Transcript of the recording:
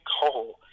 coal